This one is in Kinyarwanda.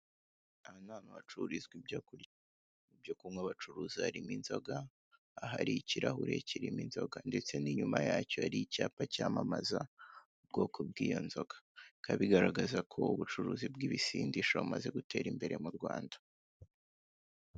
Aha ni ahantu hacururizwa ibyo kurya n'ibyo kunywa. Ibyo kunywa bacuruza harimo inzoga. Bikaba bigaragaza ko ubucuruzi bw'ibisindisha bumaze gutera imbere hano mu Rwanda.